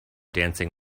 dancing